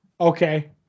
okay